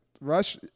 Rush